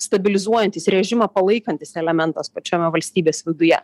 stabilizuojantis režimą palaikantis elementas pačiame valstybės viduje